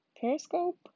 Periscope